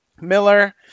Miller